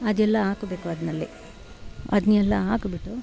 ಅದೆಲ್ಲ ಹಾಕಬೇಕು ಅದ್ರಲ್ಲಿ ಅದ್ನೆಲ್ಲ ಹಾಕ್ಬಿಟು